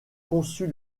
conçut